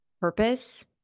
purpose